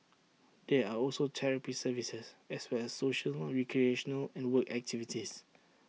there are also therapy services as well as social recreational and work activities